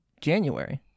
january